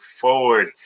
forward